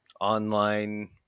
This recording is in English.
online